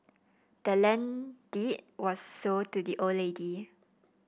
the land deed was sold to the old lady